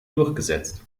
durchgesetzt